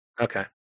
Okay